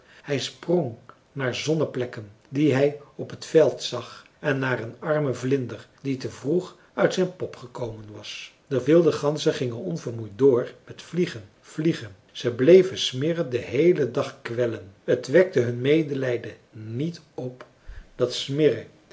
hij sprong naar zonneplekken die hij op het veld zag en naar een armen vlinder die te vroeg uit zijn pop gekomen was de wilde ganzen gingen onvermoeid door met vliegen vliegen ze bleven smirre den heelen dag kwellen het wekte hun medelijden niet op dat smirre